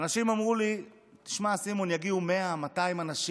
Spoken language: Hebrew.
אנשים אמרו לי: תשמע, סימון, יגיעו 100 200 אנשים.